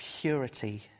purity